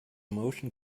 motion